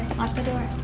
lock the door.